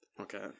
Okay